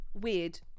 weird